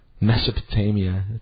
Mesopotamia